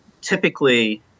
typically